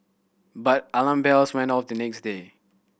but alarm bells went off the next day